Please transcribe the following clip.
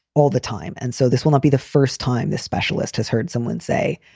all the time. and so this will not be the first time the specialist has heard someone say,